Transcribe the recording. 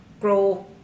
grow